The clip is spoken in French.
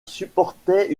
supportait